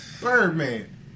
Birdman